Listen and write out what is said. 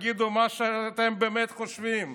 תגידו מה שאתם באמת חושבים.